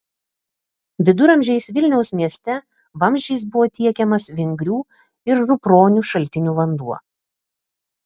viduramžiais vilniaus mieste vamzdžiais buvo tiekiamas vingrių ir župronių šaltinių vanduo